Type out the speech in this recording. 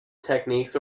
techniques